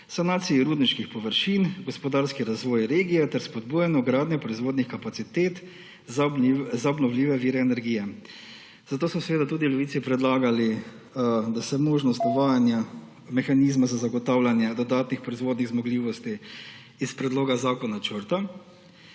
sanaciji rudniških površin, za gospodarski razvoj regije ter spodbujanju gradnje proizvodnih kapacitet za obnovljive vire energije. Zato smo seveda tudi v Levici predlagali, da se možnost uvajanja mehanizma za zagotavljanje dodatnih proizvodnih zmogljivosti iz predlog zakona črta,